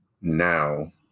now